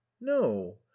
no